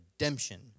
redemption